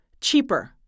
cheaper